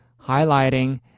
highlighting